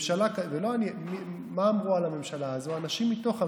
מה אמרו על הממשלה הזאת אנשים מתוך הממשלה?